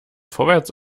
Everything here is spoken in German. vorwärts